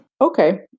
Okay